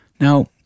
Now